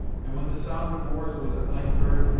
and when the sound of oars was at length heard,